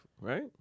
right